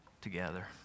together